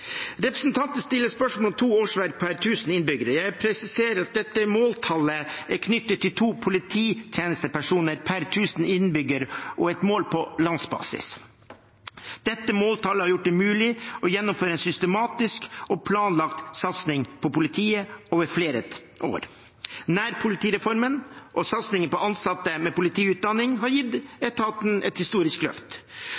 Representanten stiller spørsmål om to årsverk per 1 000 innbyggere. Jeg presiserer at dette måltallet er knyttet til to polititjenestepersoner per 1 000 innbyggere og er et mål på landsbasis. Dette måltallet har gjort det mulig å gjennomføre en systematisk og planlagt satsing på politiet over flere år. Nærpolitireformen og satsingen på ansatte med politiutdanning har gitt